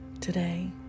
today